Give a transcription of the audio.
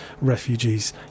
refugees